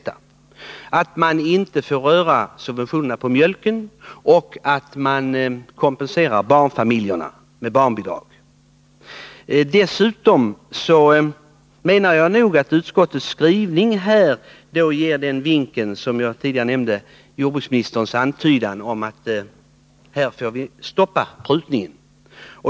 Man får t.ex. inte röra subventionerna på mjölken, och man kompenserar barnfamiljerna tiska åtgärder genom barnbidragen. Dessutom anser jag att utskottets skrivning liksom jordbruksministerns antydan, som jag tidigare nämnde, ger en vink om att här får vi stoppa prutningen.